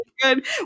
good